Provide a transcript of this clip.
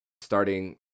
starting